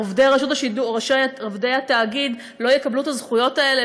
עובדי התאגיד לא יקבלו את הזכויות האלה